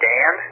Dan